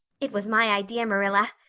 it was my idea, marilla.